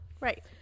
Right